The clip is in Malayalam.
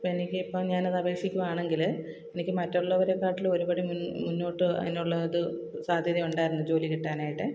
അപ്പം എനിക്ക് ഇപ്പം അപേക്ഷിക്കുവാണെങ്കിൽ എനിക്ക് മറ്റുള്ളവരേക്കാട്ടിലും ഒരുപടി മുന്നോട്ട് മുന്നോട്ട് അതിനുള്ള ഇത് സാദ്ധ്യത ഉണ്ടായിരുന്നു ജോലി കിട്ടാനായിട്ട്